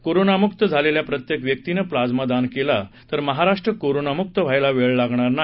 कोरोनामुक्त झालेल्या प्रत्येक व्यक्तीनं प्लाझ्मा दान केला तर महाराष्ट्र कोरोनामुक व्हायला वेळ लागणार नाही